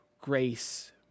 grace